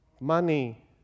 money